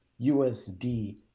USD